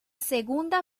segunda